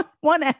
one